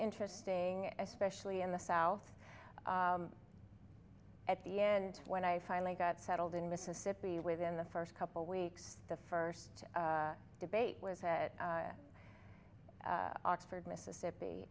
interesting especially in the south at the end when i finally got settled in mississippi within the first couple weeks the first debate with that oxford mississippi